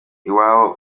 iwabo